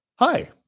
Hi